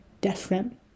different